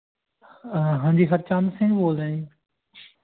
ਹਾਂਜੀ ਹਰਚਰਨ ਸਿੰਘ ਬੋਲਦਾ ਜੀ